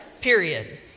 Period